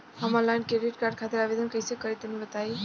हम online credit card खातिर आवेदन कइसे करि तनि बताई?